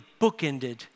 bookended